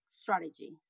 strategy